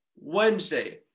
Wednesday